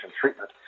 treatment